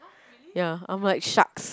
ya I'm like sharks